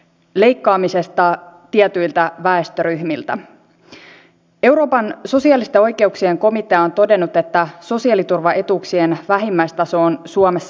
tutkimusrahoituksen supistuminen vaikuttaa vakavasti resursseihin joilla edistetään kärkihankkeiden alojen tutkimusta ja kehitystä suomessa